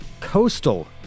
Coastal